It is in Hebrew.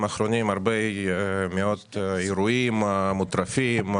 האחרונים הרבה מאוד אירועים מוטרפים,